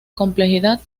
complejidad